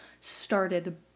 started